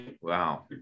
Wow